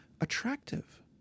attractive